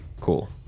Cool